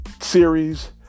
series